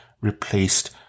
replaced